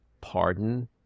pardon